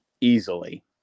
easily